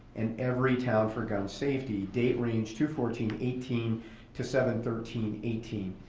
and every town for gun safety range two fourteen eighteen to seven thirteen eighteen.